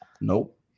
Nope